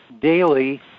Daily